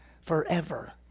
forever